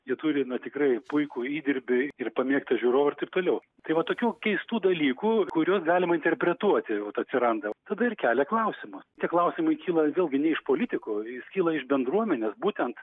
jie turi na tikrai puikų įdirbį ir pamėgtą žiūrovą ir taip toliau tai va tokių keistų dalykų kuriuos galima interpretuoti vat atsiranda tada ir kelia klausimą tie klausimai kyla vėlgi ne iš politikų jis kyla iš bendruomenės būtent